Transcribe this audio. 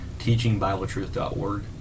teachingbibletruth.org